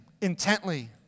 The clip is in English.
intently